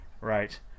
Right